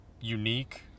unique